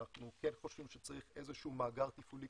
אנחנו כן חושבים שצריך איזשהו מאגר תפעולי